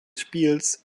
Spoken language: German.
spieles